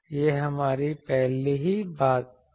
यह हमारी पहले की बात थी